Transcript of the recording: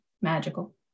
magical